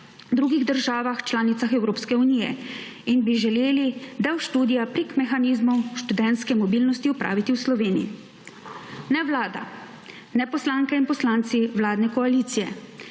drugih državah članicah Evropske unije in bi želeli del študija preko mehanizmov študentske mobilnosti opraviti v Sloveniji. Ne Vlada, ne poslanke in poslanci vladne koalicije,